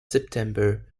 september